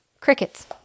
Crickets